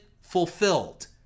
fulfilled